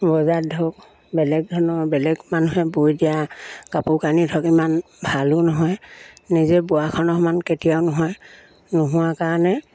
বজাৰত ধৰক বেলেগ ধৰণৰ বেলেগ মানুহে বৈ দিয়া কাপোৰ কানি ধৰক ইমান ভালো নহয় নিজে বোৱাখনৰ সমান কেতিয়াও নহয় নোহোৱা কাৰণে